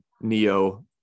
neo